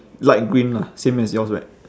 light green lah same as yours right